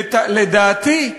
לדעתי,